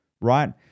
Right